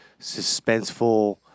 suspenseful